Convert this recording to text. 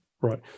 right